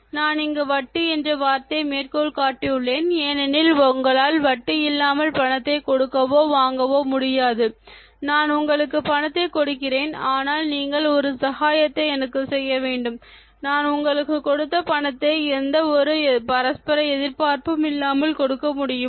நான் இங்கு வட்டி என்ற வார்த்தையை மேற்கோள் காட்டியுள்ளேன் ஏனெனில் உங்களால் வட்டியில்லாமல் பணத்தை கொடுக்கவோ வாங்கவோ முடியாது நான் உங்களுக்கு பணத்தை கொடுக்கிறேன் ஆனால் நீங்கள் ஒரு சகாயத்தை எனக்கு செய்ய வேண்டும் நான் உங்களுக்கு கொடுத்த பணத்தை எந்த ஒரு பரஸ்பர எதிர்பார்ப்பும் இல்லாமல் கொடுக்க முடியுமா